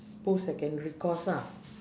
post secondary course lah